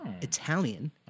Italian